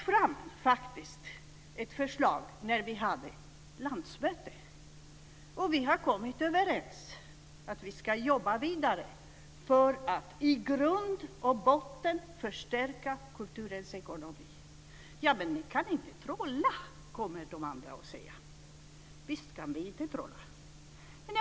Nej, vi lade fram ett förslag på vårt landsmöte. Vi kom överens om att vi ska jobba vidare för att i grund och botten förstärka kulturens ekonomi. Ja, men ni kan inte trolla, säger de andra. Nej, det kan vi inte, säger vi.